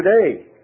today